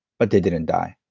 but they didn't die.